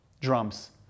drums